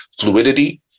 fluidity